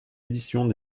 éditions